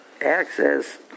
access